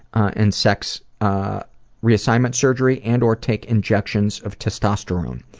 and sex ah reassignment surgery, and or take injections of testosterone.